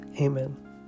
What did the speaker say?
amen